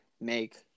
make